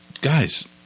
guys